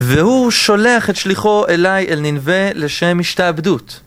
והוא שולח את שליחו אליי, אל נינווה, לשם השתעבדות.